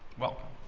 welcome.